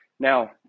Now